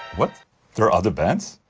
what? there are other bands?